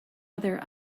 other